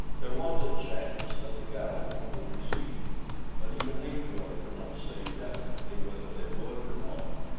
there was a chance that the galus would receive me but even ajor could not say definitely whether they would or not,